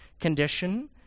condition